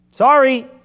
sorry